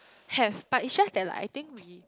have but it's just that like I think we